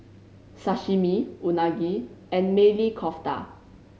Sashimi Unagi and Maili Kofta